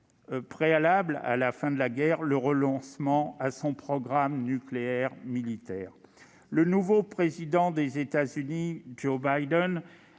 préalable à la fin de la guerre le renoncement par la Corée du Nord à son programme nucléaire militaire. Le nouveau président des États-Unis, Joe Biden,